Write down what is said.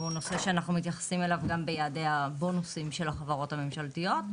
זה נושא שאנחנו מתייחסים אליו גם ביעדי הבונוסים של החברות הממשלתיות.